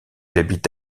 habite